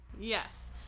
Yes